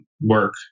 work